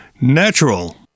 natural